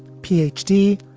p h t.